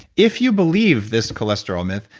if you believe this cholesterol myth,